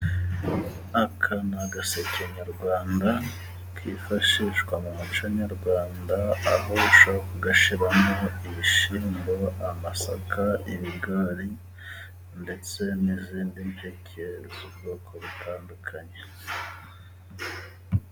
Aka ni agaseke nyarwanda kifashishwa mu muco nyarwanda. Ushobora kugashyiramo ibishyimbo, amasaka, ibigori ndetse n'izindi mpeke z'ubwoko butandukanye.